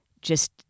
just-